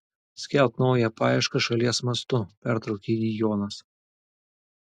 skelbk naują paiešką šalies mastu pertraukė jį jonas